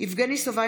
יבגני סובה,